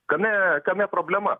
kame kame problema